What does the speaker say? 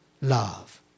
love